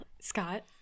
Scott